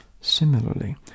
Similarly